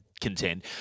contend